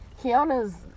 Kiana's